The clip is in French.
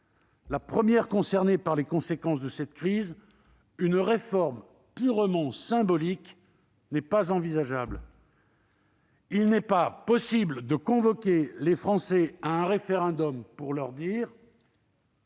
première concernée par les conséquences de cette crise, une réforme purement symbolique n'est pourtant pas envisageable. Il n'est pas possible de convoquer les Français à un référendum pour leur dire :